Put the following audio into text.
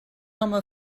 home